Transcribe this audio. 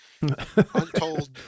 untold